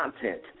content